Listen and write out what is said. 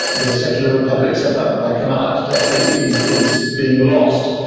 the secular republic set up by kemal ataturk is is being lost.